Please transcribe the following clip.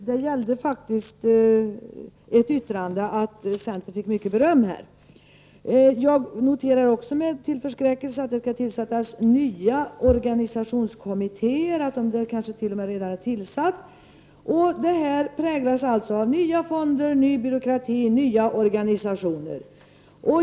Herr talman! Jag diskuterar det yttrande där centern får mycket beröm av arbetsmarknadsministern. Jag noterar också med förskräckelse att det skall tillsättas nya organisationskommittéer — de är kanske till och med redan tillsatta. Detta präglas alltså av nya fonder, ny byråkrati och nya organisationer.